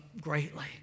greatly